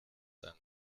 einem